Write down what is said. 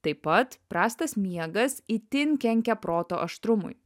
taip pat prastas miegas itin kenkia proto aštrumui